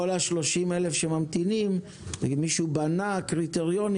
כל 30,000 האנשים שממתינים מישהו בנה קריטריונים